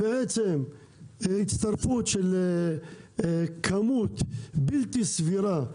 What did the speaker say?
הצטרפות של כמות בלתי סבירה,